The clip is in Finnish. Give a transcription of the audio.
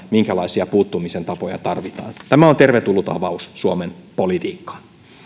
minkälaisia puuttumisen tapoja tarvitaan tämä on tervetullut avaus suomen politiikkaan